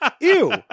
ew